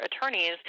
attorneys